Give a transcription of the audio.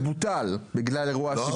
שבוטל בגלל אירוע השיבוש.